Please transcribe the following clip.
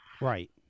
Right